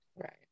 Right